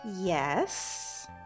Yes